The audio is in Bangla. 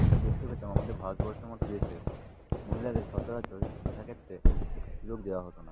আমরা দেখতে পেতাম আমাদের ভারতবর্ষের মতো দেশে মহিলাদের সচারচর শিক্ষা ক্ষেত্রে সুযোগ দেওয়া হতো না